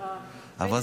אהה, באיזו סמכות?